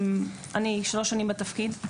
אני שלוש שנים בתפקיד,